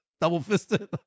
Double-fisted